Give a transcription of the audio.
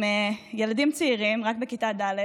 הם ילדים צעירים, רק בכיתה ד',